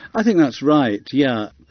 i think that's right, yeah